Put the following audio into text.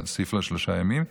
להוסיף לו שלושה ימים,